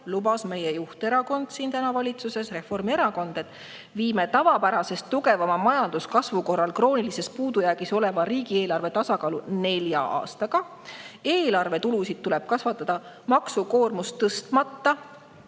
lubas meie valitsuse juhterakond, Reformierakond, et nad viivad tavapärasest tugevama majanduskasvu korral kroonilises puudujäägis oleva riigieelarve tasakaalu nelja aastaga. "Eelarvetulusid tuleb kasvatada maksukoormust tõstmata